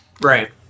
Right